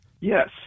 Yes